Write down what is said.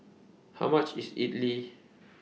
How much IS Idili